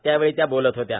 त्यावेळी त्या बोलत होत्या